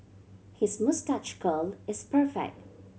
his moustache curl is perfect